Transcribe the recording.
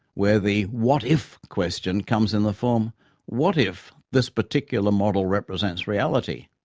where the what if question comes in the form what if this particular model represents reality?